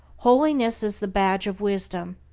holiness is the badge of wisdom.